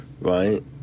right